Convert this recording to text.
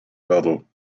hurdle